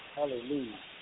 Hallelujah